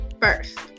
first